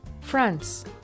France